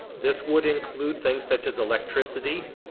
this would include things such as electricity,